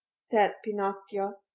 said pinocchio.